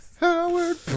Howard